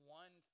one